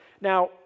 Now